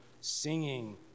singing